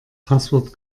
passwort